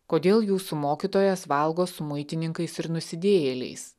kodėl jūsų mokytojas valgo su muitininkais ir nusidėjėliais